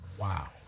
Wow